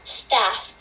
staff